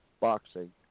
boxing